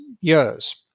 years